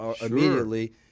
immediately